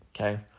Okay